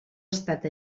estat